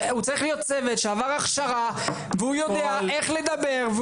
הוא צריך להיות צוות שעבר הכשרה והוא יודע איך לדבר.